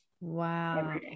Wow